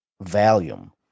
volume